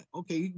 okay